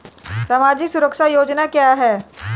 सामाजिक सुरक्षा योजना क्या है?